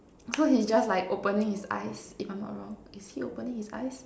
so he just like opening his eyes if I'm not wrong is he opening his eyes